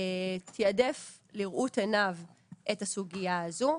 תיעדף לראות עיניו את הסוגיה הזו.